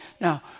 Now